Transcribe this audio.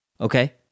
okay